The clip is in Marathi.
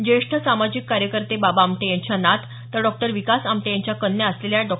ज्येष्ठ सामाजिक कार्यकर्ते बाबा आमटे यांच्या नात तर डॉ विकास आमटे यांच्या कन्या असलेल्या डॉ